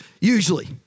usually